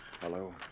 Hello